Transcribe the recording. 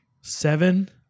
Seven